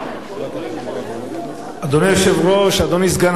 אדוני היושב-ראש, אדוני סגן השר,